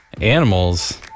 Animals